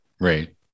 Right